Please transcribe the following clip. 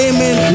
Amen